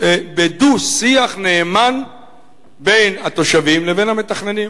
בדו-שיח נאמן בין התושבים לבין המתכננים.